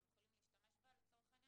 אתם יכולים להשתמש בה או שלא.